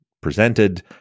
presented